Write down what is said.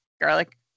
garlic